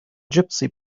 gypsy